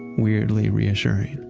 weirdly reassuring